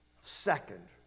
second